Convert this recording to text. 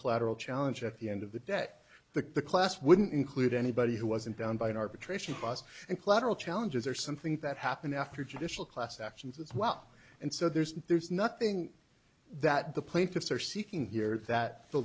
collateral challenge at the end of the day the class wouldn't include anybody who wasn't down by an arbitration process and collateral challenges or something that happened after judicial class actions as well and so there's there's nothing that the plaintiffs are seeking here that the